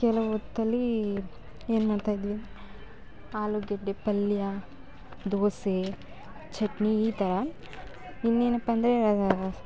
ಕೆಲ ಹೊತ್ತಲ್ಲೀ ಏನು ಮಾಡ್ತಾಯಿದ್ವಿ ಆಲುಗಡ್ಡೆ ಪಲ್ಯ ದೋಸೆ ಚಟ್ನಿ ಈ ಥರ ಇನ್ನೇನಪ್ಪ ಅಂದರೆ